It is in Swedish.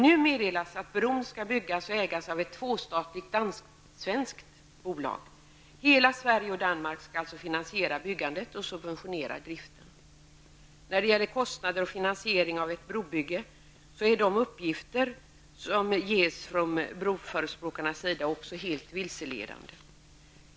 Nu meddelas att bro skall byggas och ägas av ett tvåstatligt, dansk-svenskt bolag. Hela Sverige och hela Danmark skall alltså finansiera byggandet och subventionera driften. Också när det gäller kostnader och finansiering av ett brobygge är de uppgifter som ges från broförespråkarnas sida helt vilseledande.